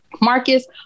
marcus